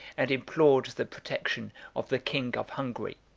and implored the protection of the king of hungary.